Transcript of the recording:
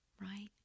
right